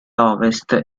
ovest